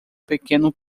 pequeno